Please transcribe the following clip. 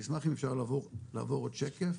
אני אשמח אם אפשר לעבור עוד שקף.